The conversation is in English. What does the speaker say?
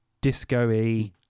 disco-y